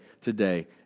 today